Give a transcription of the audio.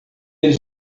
eles